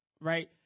right